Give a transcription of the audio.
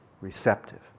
receptive